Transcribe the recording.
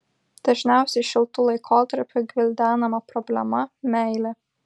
dažniausiai šiltu laikotarpiu gvildenama problema meilė